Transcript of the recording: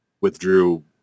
withdrew